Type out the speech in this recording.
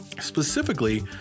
specifically